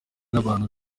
n’abantu